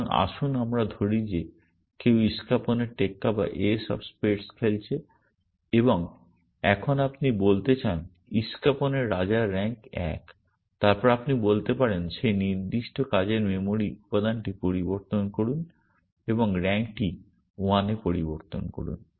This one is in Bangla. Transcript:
সুতরাং আসুন আমরা ধরি যে কেউ ইষ্কাপনের টেক্কা খেলেছে এবং এখন আপনি বলতে চান ইষ্কাপনের রাজার র্যাঙ্ক 1 তারপর আপনি বলতে পারেন সেই নির্দিষ্ট কাজের মেমরি উপাদানটি পরিবর্তন করুন এবং র্যাঙ্কটিকে 1 এ পরিবর্তন করুন